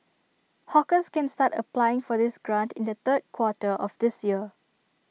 hawkers can start applying for this grant in the third quarter of this year